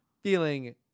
feeling